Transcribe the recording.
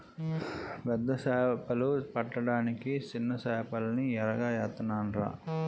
పెద్ద సేపలు పడ్డానికి సిన్న సేపల్ని ఎరగా ఏత్తనాన్రా